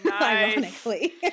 ironically